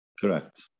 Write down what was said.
Correct